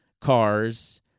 cars